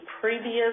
previous